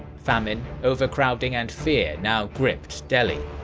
famine, overcrowding and fear now gripped delhi.